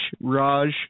Raj